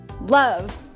love